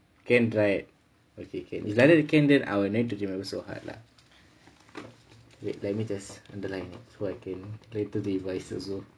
can right okay okay if like that can then I don't need to remember so hard lah wait let me just underline so I can later revise as well